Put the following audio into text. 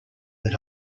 that